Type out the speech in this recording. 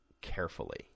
carefully